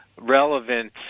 Relevant